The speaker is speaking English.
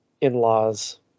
in-laws